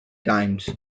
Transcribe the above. times